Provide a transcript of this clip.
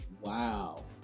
Wow